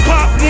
Pop